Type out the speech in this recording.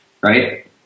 right